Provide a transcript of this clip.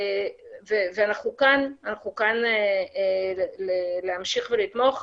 אנחנו כאן להמשיך ולתמוך,